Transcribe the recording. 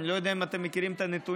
אני לא יודע אם אתם מכירים את הנתונים,